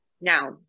now